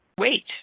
wait